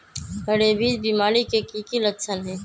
rabies बीमारी के कि कि लच्छन हई